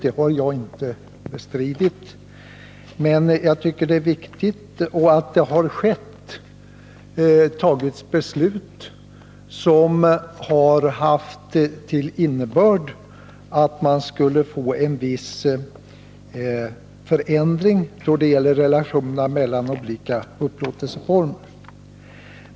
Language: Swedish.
Det har jag aldrig bestritt, jag vet att det har fattats beslut som har haft som mål att åstadkomma en viss förändring då det gäller relationerna mellan olika upplåtelseformer.